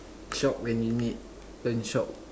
shop when you need don't shop